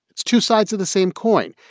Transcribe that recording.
it's two sides of the same coin.